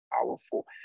powerful